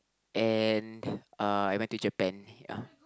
and uh I went to Japan ya